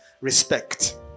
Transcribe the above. Respect